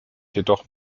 jedoch